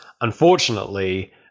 unfortunately